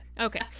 Okay